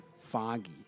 foggy